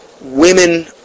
women